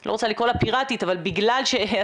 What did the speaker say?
לא רוצה לקרוא לה פיראטית אבל בגלל שהסיכוי